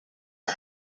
her